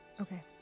Okay